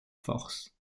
force